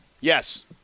Yes